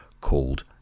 called